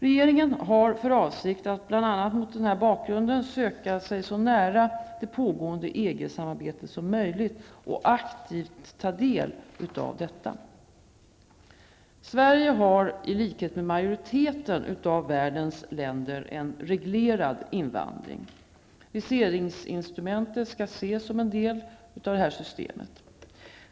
Regeringen har för avsikt att bl.a. mot denna bakgrund söka sig så nära det pågående EG-arbetet som möjligt och aktivt ta del av detta. Sverige har i likhet med majoriteten av världens länder en reglerad invandring. Viseringsinstrumentet skall ses som en del i detta system.